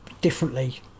differently